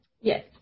Yes